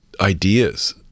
ideas